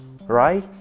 Right